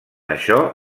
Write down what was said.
això